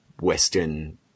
Western